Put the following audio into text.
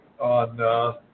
on